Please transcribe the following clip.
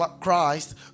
Christ